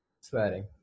swearing